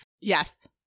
Yes